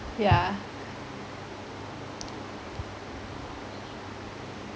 yeah